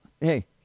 Hey